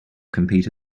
compete